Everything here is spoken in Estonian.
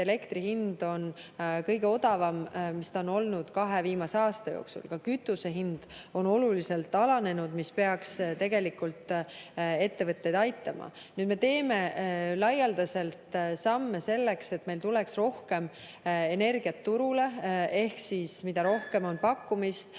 elektri hind on kõige odavam, mis see on olnud kahe viimase aasta jooksul. Ka kütuse hind on oluliselt alanenud, mis peaks tegelikult ettevõtjaid aitama. Me teeme laialdaselt samme selleks, et meil tuleks rohkem energiat turule. Ehk siis, mida rohkem on pakkumist,